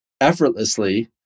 effortlessly